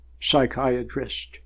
psychiatrist